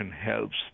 helps